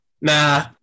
Nah